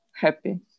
happy